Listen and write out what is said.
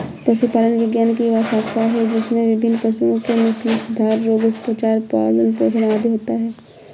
पशुपालन विज्ञान की वह शाखा है जिसमें विभिन्न पशुओं के नस्लसुधार, रोग, उपचार, पालन पोषण आदि होता है